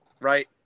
right